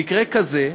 במקרה כזה,